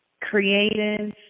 creative